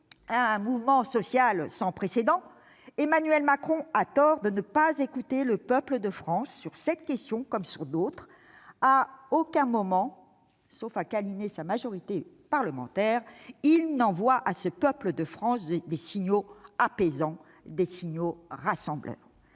un mouvement social sans précédent, Emmanuel Macron a tort de ne pas écouter le peuple de France, sur cette question comme sur d'autres. À aucun moment, sauf lorsqu'il câline sa majorité parlementaire, il ne lui envoie de signaux apaisants et rassembleurs.